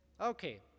okay